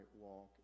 walk